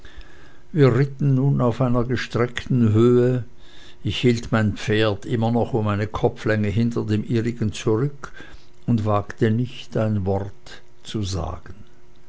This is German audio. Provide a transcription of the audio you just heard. wir ritten nun auf einer gestreckten höhe ich hielt mein pferd immer noch um eine kopflänge hinter dem ihrigen zurück und wagte nicht ein wort zu sagen